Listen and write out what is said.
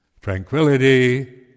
tranquility